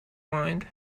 mind